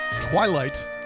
Twilight